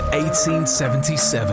1877